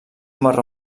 marró